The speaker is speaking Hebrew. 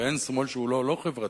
ואין שמאל שהוא לא לא חברתי,